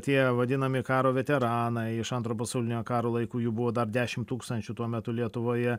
tie vadinami karo veteranai iš antro pasaulinio karo laikų jų buvo dar dešimt tūkstančių tuo metu lietuvoje